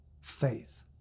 Faith